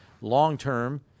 long-term